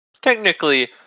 Technically